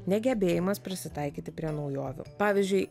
negebėjimas prisitaikyti prie naujovių pavyzdžiui